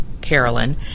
Carolyn